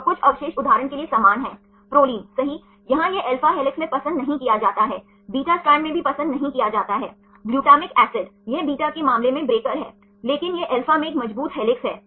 तो यह उदाहरण के लिए एक मजबूत बंधन है यह पेप्टाइड एक सी एन है यहां घुमाव संभव नहीं हैं